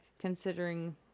considering